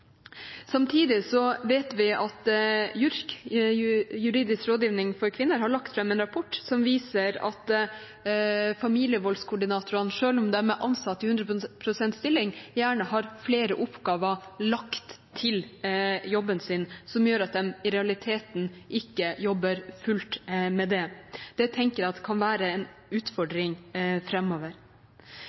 vet vi at JURK, Juridisk lovgivning for kvinner, har lagt fram en rapport som viser at familievoldskoordinatorene, selv om de er ansatt i 100 pst. stilling, gjerne har flere oppgaver lagt til jobben sin som gjør at de i realiteten ikke jobber fullt med det. Det tenker jeg kan være en utfordring